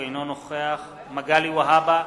אינו נוכח מגלי והבה,